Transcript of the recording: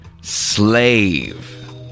Slave